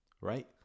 right